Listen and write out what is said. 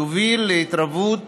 תוביל להתרבות